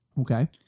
Okay